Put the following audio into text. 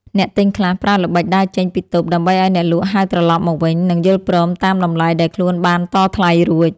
អ្នកទិញខ្លះប្រើល្បិចដើរចេញពីតូបដើម្បីឱ្យអ្នកលក់ហៅត្រឡប់មកវិញ និងយល់ព្រមតាមតម្លៃដែលខ្លួនបានតថ្លៃរួច។